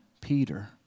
Peter